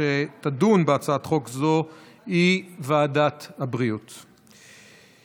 התשפ"ב 2021, לוועדת הבריאות נתקבלה.